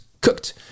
Cooked